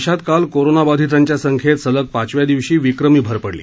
देशात काल कोरोनाबाधितांच्या संख्येत सलग पाचव्या दिवशी विक्रमी भर पडली